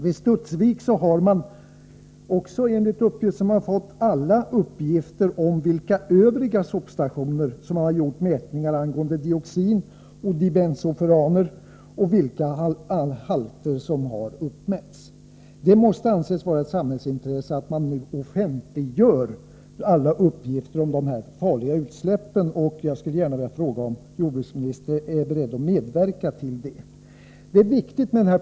Vid Studsvik har man, enligt vad jag också erfarit, alla uppgifter om vid vilka övriga sopstationer mätningar gjorts angående dioxin och dibensofuraner och vilka halter som har uppmätts. Det måste anses vara ett samhällsintresse att man nu offentliggör alla uppgifter om dessa farliga utsläpp. Jag vill också fråga om jordbruksministern är beredd att medverka till detta.